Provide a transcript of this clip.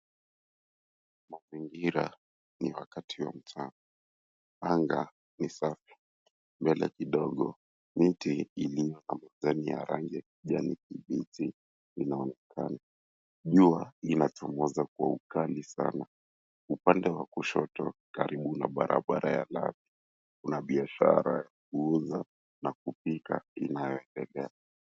Mazingira ni ya wakati wa mchana. Anga ni safi. Mbele kidogo, miti iliyo na majani ya rangi ya kijani kibichi inaonekana. Jua linachomoza kwa ukali sana. Upande wa kushoto 𝑘𝑎𝑟𝑖𝑏𝑢 na barabara ya lami 𝑘una biashara ya kuuza na kupika inayoendelea.